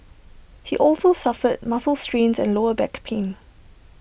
he also suffered muscle strains and lower back pain